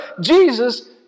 Jesus